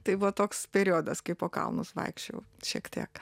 tai buvo toks periodas kai po kalnus vaikščiojau šiek tiek